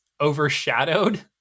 overshadowed